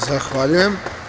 Zahvaljujem.